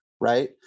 right